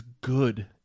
good